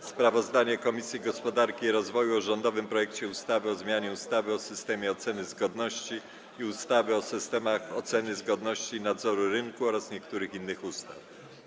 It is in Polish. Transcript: Sprawozdanie Komisji Gospodarki i Rozwoju o rządowym projekcie ustawy o zmianie ustawy o systemie oceny zgodności i ustawy o systemach oceny zgodności i nadzoru rynku oraz niektórych innych ustaw.